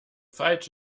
falsch